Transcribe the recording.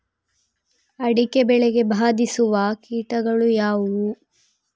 ಅಡಿಕೆ ಬೆಳೆಗೆ ಬಾಧಿಸುವ ಕೀಟಗಳು ಯಾವುವು?